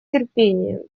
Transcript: терпением